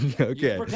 Okay